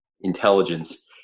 intelligence